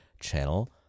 channel